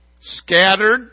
scattered